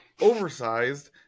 oversized